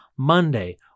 monday